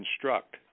construct